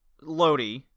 Lodi